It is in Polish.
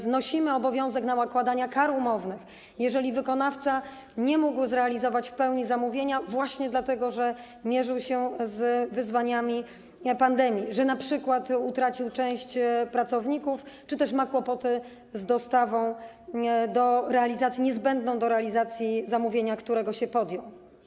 Znosimy obowiązek nakładania kar umownych, jeżeli wykonawca nie mógł zrealizować w pełni zamówienia właśnie dlatego, że mierzył się z wyzwaniami spowodowanymi przez pandemię, że np. utracił część pracowników czy też ma kłopoty z dostawą niezbędną do realizacji zamówienia, którego się podjął.